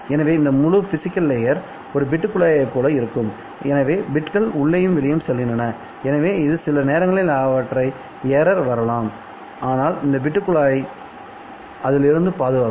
எனவே இந்த முழு பிசிகல் லேயர் ஒரு பிட் குழாய் போல இருக்கும்எனவே பிட்கள் உள்ளேயும் வெளியேயும் செல்கின்றன எனவே இது சில நேரங்களில் அவற்றில் எரர் வரலாம் ஆனால் இந்த பிட் குழாய் அதில் இருந்து பாதுகாக்கும்